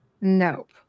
nope